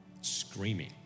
screaming